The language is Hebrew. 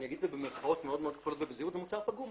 אני אגיד את זה במירכאות מאוד מאוד כפולות ובזהירות זה מוצר "פגום",